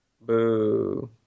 Boo